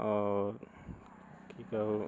आओर की कहु